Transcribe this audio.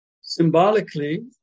Symbolically